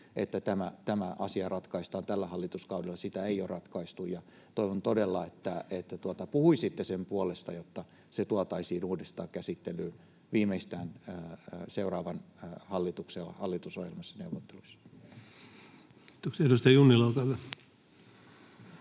että tämä asia ratkaistaan. Tällä hallituskaudella sitä ei ole ratkaistu, ja toivon todella, että puhuisitte sen puolesta, jotta se tuotaisiin uudestaan käsittelyyn viimeistään seuraavan hallituksen hallitusohjelmassa ja ‑neuvotteluissa. Kiitoksia. — Edustaja Junnila,